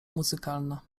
muzykalna